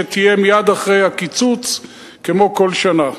שתהיה מייד אחרי הקיצוץ כמו כל שנה.